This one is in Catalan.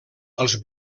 els